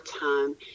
time